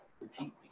repeat